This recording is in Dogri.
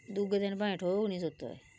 दुऐ दिन भला उट्ठन ग नेई होऐ सुत्ते दे